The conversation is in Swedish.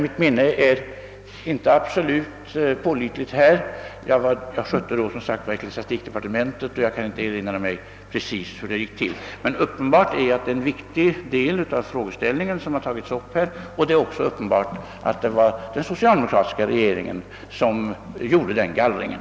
Mitt minne är emellertid inte absolut pålitligt härvidlag — jag skötte då som sagt ecklesiastikdepartementet och jag kan inte erinra mig precis hur det gick till. Uppenbart är att det är en viktig del av frågan som fröken Ljungberg tog upp här, och det är också uppenbart att det var den socialdemokratiska regeringen som gjorde gallringen.